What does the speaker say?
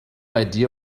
idea